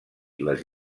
les